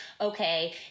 okay